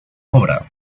obra